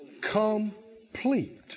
complete